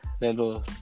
little